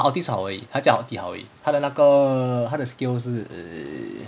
ulti 是好而已他叫 ulti 好而已他的那个他的 skill 是